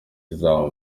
kizaba